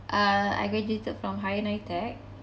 uh I graduated from higher NITEC